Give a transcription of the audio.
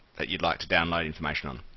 that you'd like to download information on.